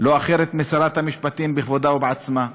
משרת המשפטים בכבודה ובעצמה.